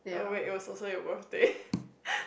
oh wait it was also your birthday